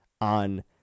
on